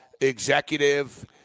executive